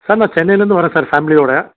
sir நான் சென்னைலேருந்து வரேன் சார் ஃபேமிலியோடு